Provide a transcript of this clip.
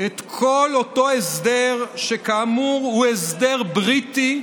את כל אותו הסדר, שכאמור הוא הסדר בריטי,